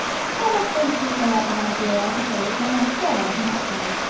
some acquaintance or other, my dear, i suppose i am sure i do not know.